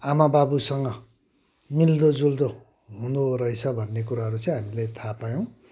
आमा बाबुसँग मिल्दो जुल्दो हुँदो रहेछ भन्ने कुरोहरू चाहिँ हामीले थाहा पायौँ